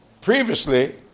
previously